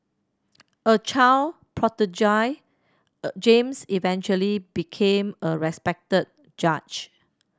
a child prodigy James eventually became a respected judge